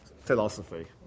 philosophy